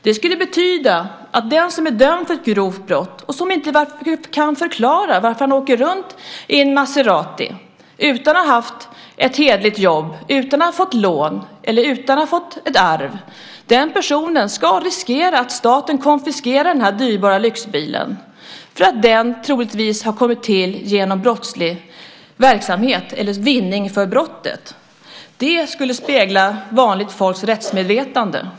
Det skulle betyda att den person som är dömd för ett grovt brott och som inte kan förklara varför han åker runt i en Maserati utan att ha haft ett hederligt jobb, utan att ha fått lån eller utan att ha fått ett arv ska riskera att staten konfiskerar den dyrbara lyxbilen eftersom den troligtvis har kommit till genom brottslig verksamhet eller som vinning av brottet. Det skulle spegla vanligt folks rättsmedvetande.